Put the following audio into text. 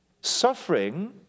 Suffering